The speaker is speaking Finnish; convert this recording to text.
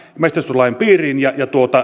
metsästyslain piiriin ja